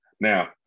Now